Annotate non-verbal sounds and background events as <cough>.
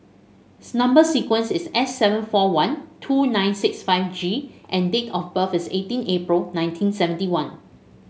<unintelligible> number sequence is S seven four one two nine six five G and date of birth is eighteen April nineteen seventy one